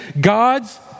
God's